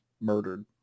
murdered